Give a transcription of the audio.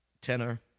tenor